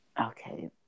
okay